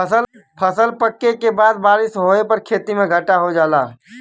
फसल पके के बाद बारिस होए पर खेती में घाटा हो जाला